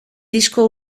disko